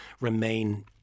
remain